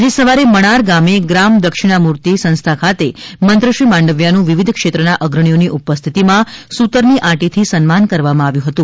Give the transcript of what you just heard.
આજે સવારે મણાર ગામે ગ્રામ દક્ષિણામૂર્તિ સંસ્થા ખાતે મંત્રીશ્રી માંડવીયાનું વિવિધ ક્ષેત્રના અગ્રણીઓની ઉપસ્થિતિમાં સૂતરની આંટથી સન્માન કરવામાં આવ્યું હતું